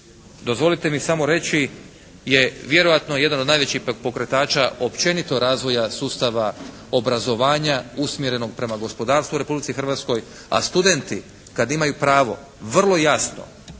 dozvolite mi samo reći, je vjerojatno jedan od najvećih ipak pokretača općenito razvoja sustava obrazovanja usmjerenog prema gospodarstvu u Republici Hrvatskoj. A studenti kad imaju pravo vrlo jasno